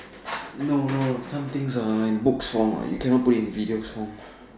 no no no something are in books form what you cannot put in video form